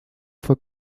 fue